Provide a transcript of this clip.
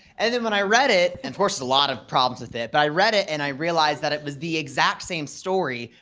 and then when i read it, and of course, a lot of problems with it, but i read it and i realized that it was the exact same story,